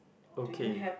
okay